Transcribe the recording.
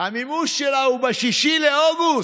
המימוש שלה הוא ב-6 באוגוסט,